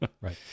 Right